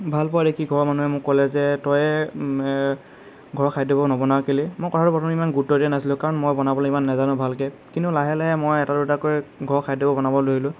ভাল পোৱা দেখি ঘৰৰ মানুহে মোক ক'লে যে তয়েই ঘৰৰ খাদ্যবোৰ নবনাও কেলৈ মই কথাটো প্ৰথমতে ইমান গুৰুত্ব দিয়া নাছিলোঁ কাৰণ মই বনাবলৈ ইমান নাজানো ভালকৈ কিন্তু লাহে লাহে মই এটা দুটাকৈ ঘৰৰ খাদ্যবোৰ বনাবলৈ ধৰিলোঁ